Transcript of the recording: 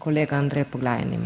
kolega Andrej Poglajen.